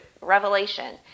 revelation